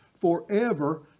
forever